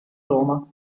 roma